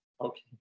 Okay